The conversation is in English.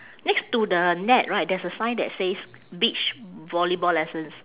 next to the net right there's a sign that says beach volleyball lessons